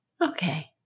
Okay